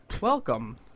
welcome